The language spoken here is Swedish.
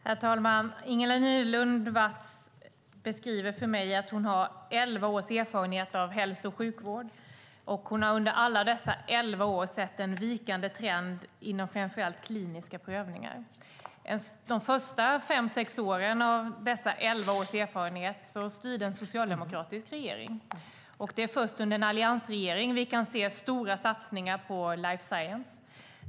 Herr talman! Ingela Nylund Watz beskriver för mig att hon har elva års erfarenheter av hälso och sjukvård, och hon har under alla dessa elva år sett en vikande trend inom framför allt kliniska prövningar. De första fem sex åren av dessa elva års erfarenhet styrde en socialdemokratisk regering. Det är först under en alliansregering vi kan se stora satsningar på life science.